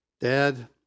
Dad